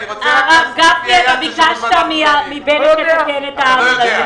הרב גפני, אתה ביקשת מבנט לתקן את העוול הזה.